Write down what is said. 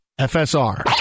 FSR